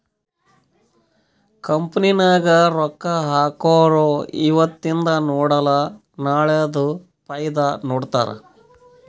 company ನಾಗ್ ರೊಕ್ಕಾ ಹಾಕೊರು ಇವತಿಂದ್ ನೋಡಲ ನಾಳೆದು ಫೈದಾ ನೋಡ್ತಾರ್